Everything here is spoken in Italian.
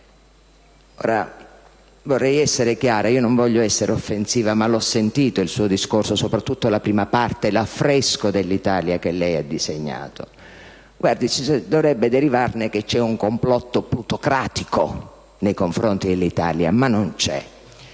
Vorrei essere chiara, io non voglio essere offensiva, ma l'ho sentito il suo discorso, soprattutto la prima parte, l'affresco dell'Italia che lei ha disegnato. Dovrebbe derivarne che c'è un complotto plutocratico nei confronti dell'Italia, ma non c'è;